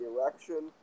election